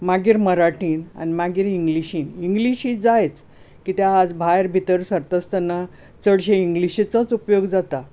मागीर मराठी आनी मागीर इंग्लीशीन इंग्लीश ही जायच कित्या आयज भायर भितर सरतास्ताना चडशे इंग्लीशीचोच उपयोग जाता